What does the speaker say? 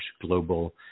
global